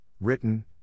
written